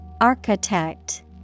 Architect